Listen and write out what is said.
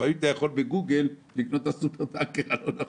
לפעמים אתה יכול בגוגל לקנות סופר-טנקר לא נכון,